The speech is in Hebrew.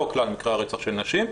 לא כלל מקרי הרצח של נשים,